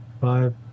Five